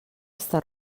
està